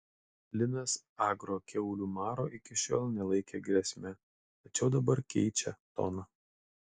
linas agro kiaulių maro iki šiol nelaikė grėsme tačiau dabar keičia toną